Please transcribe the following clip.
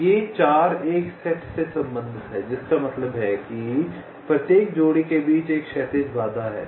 तो ये 4 एक सेट से संबंधित हैं जिसका मतलब है कि प्रत्येक जोड़ी के बीच एक क्षैतिज बाधा है